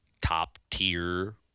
top-tier